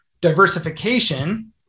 diversification